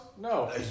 No